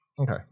Okay